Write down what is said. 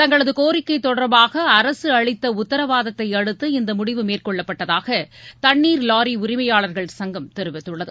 தங்களது கோரிக்கை தொடர்பாக அரசு அளித்த உத்தரவாதத்தை அடுத்து இந்த முடிவு மேற்கொள்ளப்பட்டதாக தண்ணீர் லாரி உரிமையாளர்கள் சங்கம் தெரிவித்துள்ளது